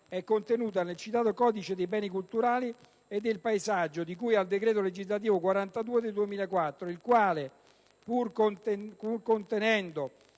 è contenuta nel citato codice dei beni culturali e del paesaggio, di cui al decreto legislativo n. 42 del 2004, il quale, pur contenendo